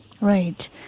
Right